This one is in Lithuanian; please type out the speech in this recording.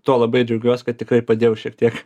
tuo labai džiaugiuos kad tikrai padėjau šiek tiek